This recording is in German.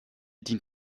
dient